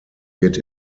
wird